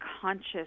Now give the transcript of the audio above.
conscious